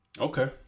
Okay